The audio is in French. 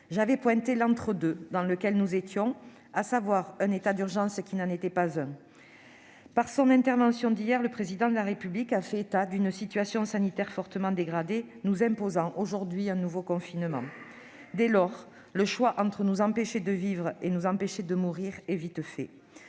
j'avais pointé l'entre-deux dans lequel nous étions, à savoir un état d'urgence qui n'en était pas un. Par son intervention d'hier, le Président de la République a fait état d'une situation sanitaire fortement dégradée, nous imposant aujourd'hui un nouveau confinement. Dès lors, le choix entre nous empêcher de vivre et nous empêcher de mourir est vite fait.